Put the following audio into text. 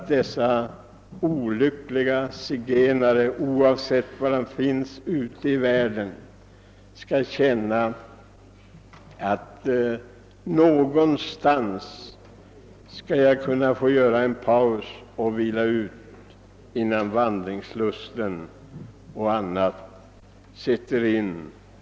Dessa olyckliga zigenare — oavsett var de finns ute i världen — bör kunna få känna att de någonstans kan få göra en paus och vila ut, innan vandringslusten sätter in.